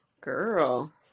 girl